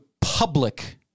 public